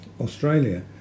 Australia